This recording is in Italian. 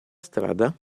strada